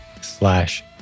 slash